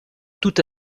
tout